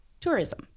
tourism